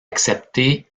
accepté